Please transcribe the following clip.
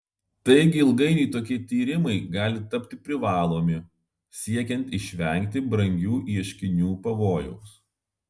taigi ilgainiui tokie tyrimai gali tapti privalomi siekiant išvengti brangių ieškinių pavojaus